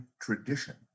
tradition